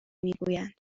میگویند